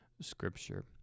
Scripture